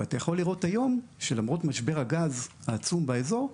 ואתה יכול לראות היום שלמרות משבר הגז העצום באזור,